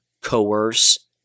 coerce